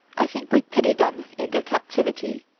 i think we pity them in their captivity.